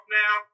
now